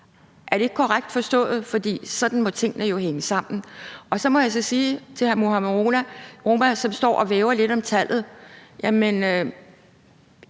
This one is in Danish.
Er det ikke korrekt forstået? For sådan må tingene jo hænge sammen. Og så må jeg sige til hr. Mohammad Rona, som står og væver lidt om tallet, at